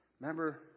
Remember